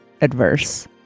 adverse